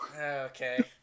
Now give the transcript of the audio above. okay